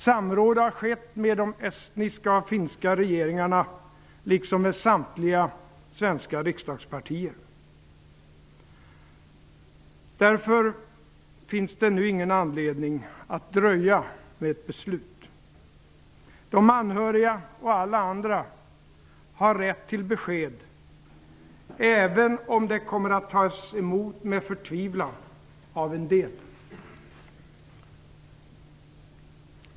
Samråd har skett med de estniska och finska regeringarna, liksom med samtliga svenska riksdagspartier. Därför finns det nu ingen anledning att dröja med ett beslut. De anhöriga och alla andra har rätt till besked, även om det kommer att tas emot med förtvivlan av en del.